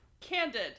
candid